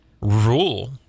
rule